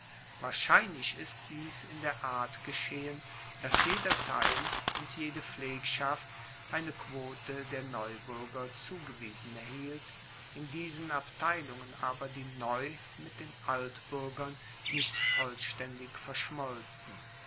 wahrscheinlich ist dies in der art geschehen dass jeder teil und jede pflegschaft eine quote der neubuerger zugewiesen erhielt in diesen abteilungen aber die neu mit den altbuergern nicht vollstaendig verschmolzen